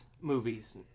movies